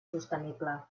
sostenible